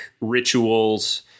rituals